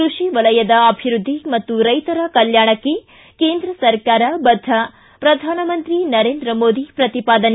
ಕೃಷಿ ವಲಯದ ಅಭಿವೃದ್ಧಿ ಮತ್ತು ರೈತರ ಕಲ್ಕಾಣಕ್ಕೆ ಕೇಂದ್ರ ಸರ್ಕಾರ ಬದ್ಧ ಪ್ರಧಾನಮಂತ್ರಿ ನರೇಂದ್ರ ಮೋದಿ ಪ್ರತಿಪಾದನೆ